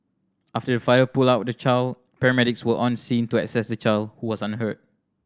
after the father pulled out the child paramedics were on scene to assess the child who was unhurt